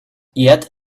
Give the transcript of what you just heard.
yet